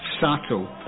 Subtle